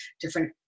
different